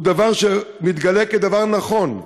הוא דבר שמתגלה כדבר נכון,